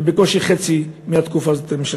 ובקושי חצי מהתקופה הזאת אתם משרתים.